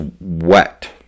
wet